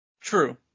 True